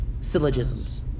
syllogisms